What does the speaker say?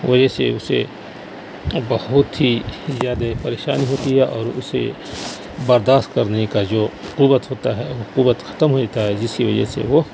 وجہ سے اسے بہت ہی زیادہ پریشانی ہوتی ہے اور اسے برداشت کرنے کا جو قوت ہوتا ہے وہ قوت ختم ہو جاتا ہے جس کی وجہ سے وہ